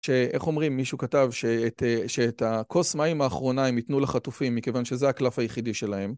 שאיך אומרים, מישהו כתב, שאת הכוס מים האחרונה הם ייתנו לחטופים מכיוון שזה הקלף היחידי שלהם